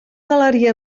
galeria